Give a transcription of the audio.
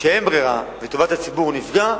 כשאין ברירה, וטובת הציבור נפגעת,